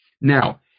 now